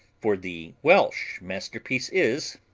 for the welsh masterpiece is,